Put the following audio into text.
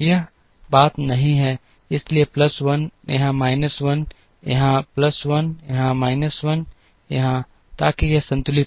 यह बात नहीं है इसलिए प्लस 1 यहाँ माइनस 1 यहाँ प्लस 1 यहाँ माइनस 1 यहाँ ताकि यह संतुलित हो जाए